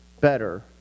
better